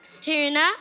Tuna